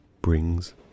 brings